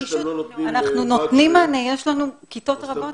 אנחנו נותנים מענה, יש לנו כיתות רבות.